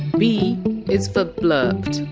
b is for! blurped!